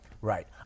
Right